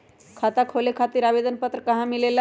खाता खोले खातीर आवेदन पत्र कहा मिलेला?